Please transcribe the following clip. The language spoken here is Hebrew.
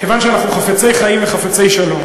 כיוון שאנחנו חפצי חיים וחפצי שלום,